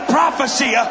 prophecy